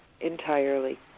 entirely